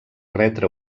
retre